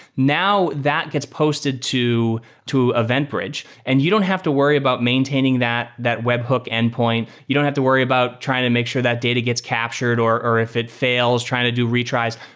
now that gets posted to to eventbridge, and you don't have to worry about maintaining that that webhook endpoint. you don't have to worry about trying to make sure that data gets captured or or if it fails trying to do retries.